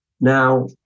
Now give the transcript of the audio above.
Now